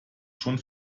schon